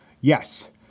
Yes